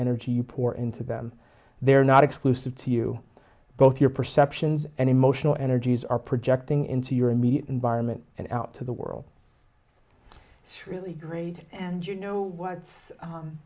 energy you pour into them they are not exclusive to you both your perceptions and emotional energies are projecting into your immediate environment and out to the world really great and you know what's